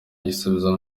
gisubizo